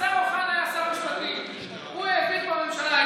כשהשר אוחנה היה שר המשפטים הוא העביר בממשלה,